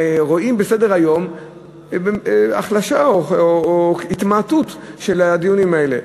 רואים בסדר-היום החלשה או התמעטות של הדיונים האלה.